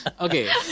Okay